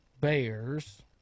Bears